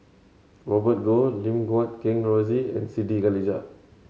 Robert Goh Lim Guat Kheng Rosie and Siti Khalijah